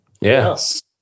Yes